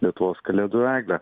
lietuvos kalėdų eglę